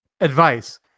Advice